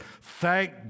Thank